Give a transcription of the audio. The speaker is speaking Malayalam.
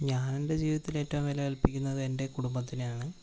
ഞാനെൻ്റെ ജീവിതത്തിൽ ഏറ്റവും വില കല്പിക്കുന്നത് എൻ്റെ കുടുംബത്തിനാണ്